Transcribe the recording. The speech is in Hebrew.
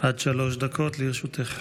עד שלוש דקות לרשותך.